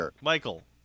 Michael